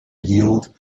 yield